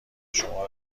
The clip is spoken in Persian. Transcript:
شما